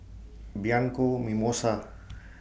Bianco Mimosa